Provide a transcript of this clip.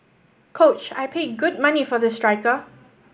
coach I paid good money for this striker